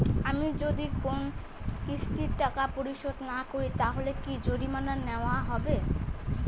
আমি যদি কোন কিস্তির টাকা পরিশোধ না করি তাহলে কি জরিমানা নেওয়া হবে?